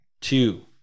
two